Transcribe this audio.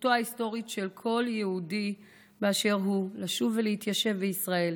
זכותו ההיסטורית של כל יהודי באשר הוא לשוב ולהתיישב בישראל,